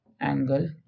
angle